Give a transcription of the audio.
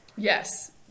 Yes